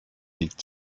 liegt